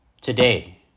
Today